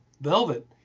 Velvet